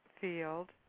field